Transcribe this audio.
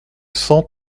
cent